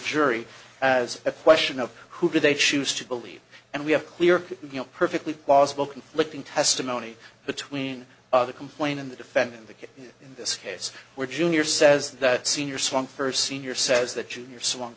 jury as a question of who they choose to believe and we have clear you know perfectly plausible conflicting testimony between the complaint in the defendant the case in this case where jr says that senior song first sr says that junior swung